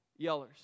yellers